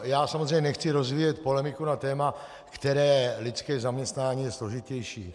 Já samozřejmě nechci rozvíjet polemiku na téma, které lidské zaměstnání je složitější.